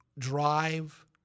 drive